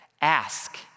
Ask